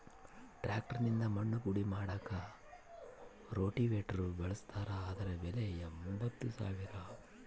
tractor ನಿಂದ ಮಣ್ಣು ಪುಡಿ ಮಾಡಾಕ ರೋಟೋವೇಟ್ರು ಬಳಸ್ತಾರ ಅದರ ಬೆಲೆ ಎಂಬತ್ತು ಸಾವಿರ